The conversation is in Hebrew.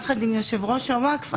יחד עם יושב-ראש הווקף,